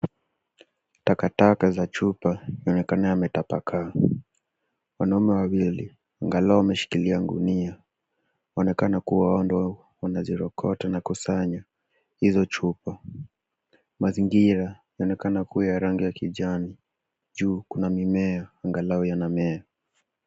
Takataka za chupa inaonekana yametapakaa. Wanaume wawili, angalau wameshikilia gunia, waonekana kuwa wao ndo huzirokota na kusanya hizo chupa. Mazingira yanaonekana kuwa ya rangi ya kijani. Juu kuna mimea, angalau yanamea.